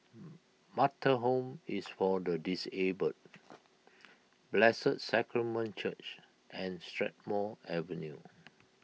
Metta Home is for the Disabled Blessed Sacrament Church and Strathmore Avenue